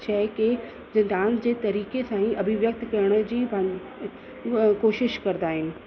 शइ खे जे डांस जे तरीक़े सां ई अभिव्यकत करण जी पाणि हूअं कोशिश कंदा आहिनि